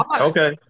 Okay